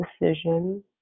decision